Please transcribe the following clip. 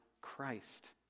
Christ